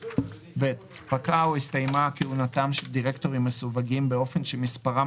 פקעה או הסתיימה כהונתם של דירקטורים מסווגים באופן שמספרם